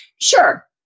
sure